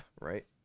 right